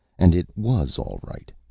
and it was all right,